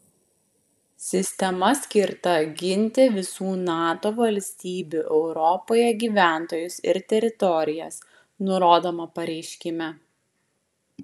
sistema skirta ginti visų nato valstybių europoje gyventojus ir teritorijas nurodoma pareiškime